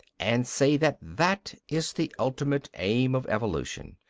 and say that that is the ultimate aim of evolution.